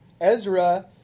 Ezra